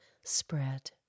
spread